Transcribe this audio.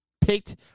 picked